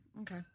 Okay